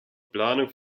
planung